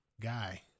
guy